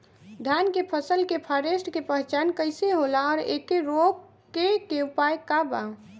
धान के फसल के फारेस्ट के पहचान कइसे होला और एके रोके के उपाय का बा?